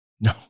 No